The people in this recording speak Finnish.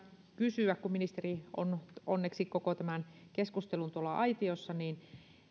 kysyä kun ministeri on onneksi koko tämän keskustelun ajan tuolla aitiossa